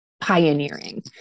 pioneering